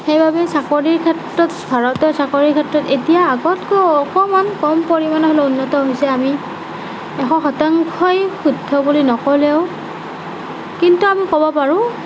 সেইবাবে চাকৰিৰ ক্ষেত্ৰত ভাৰতৰ চাকৰিৰ ক্ষেত্ৰত এতিয়া আগতকৈ অকমান কম পৰিমাণে হ'লেও উন্নত হৈছে আমি এশ শতাংশই শুদ্ধ বুলি নক'লেও কিন্তু আমি ক'ব পাৰোঁ